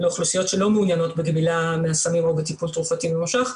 לאוכלוסיות שלא מעוניינות בגמילה מהסמים או בטיפול תרופתי ממושך,